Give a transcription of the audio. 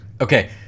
Okay